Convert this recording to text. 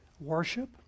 worship